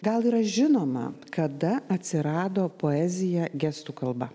gal yra žinoma kada atsirado poezija gestų kalba